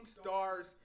stars